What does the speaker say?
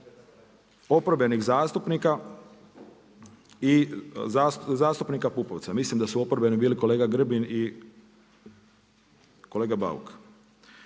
oporbenih zastupnika i zastupnika Pupovca. Mislim da su oporbeni bili kolega Grbin i kolega Bauk.